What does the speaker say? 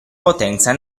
potenza